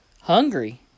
hungry